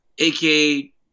AKA